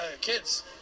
kids